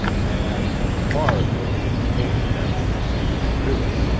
and varde will be in the main cabin to see that you do it.